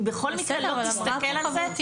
היא בכל מקרה לא תסתכל על זה --- בסדר,